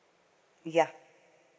ya